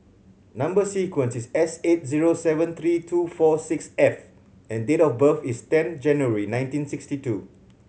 number sequence is S eight zero seven three two four six F and date of birth is ten January nineteen sixty two